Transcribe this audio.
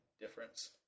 difference